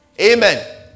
Amen